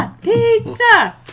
pizza